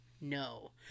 no